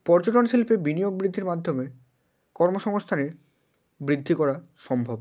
পর্যটন শিল্পে বিনিয়োগ বৃদ্ধির মাধ্যমে কর্মসংস্থানের বৃদ্ধি করা সম্ভব